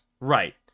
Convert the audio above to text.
Right